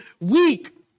weak